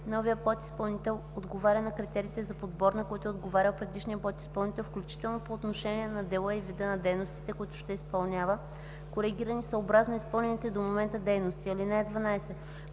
новият подизпълнител отговаря на критериите за подбор, на които е отговарял предишният подизпълнител, включително по отношение на дела и вида на дейностите, които ще изпълнява, коригирани съобразно изпълнените до момента дейности. (12)